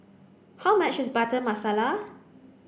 how much is butter masala